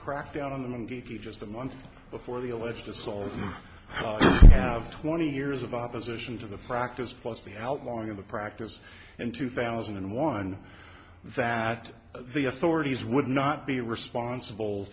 crackdown on them just a month before the alleged assault you have twenty years of opposition to the practice plus the outlawing of the practice in two thousand and one that the authorities would not be responsible